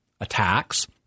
attacks